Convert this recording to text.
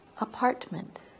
Apartment